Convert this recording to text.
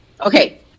Okay